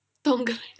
தோணாது:thonaathu